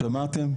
שמעתם?